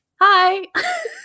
hi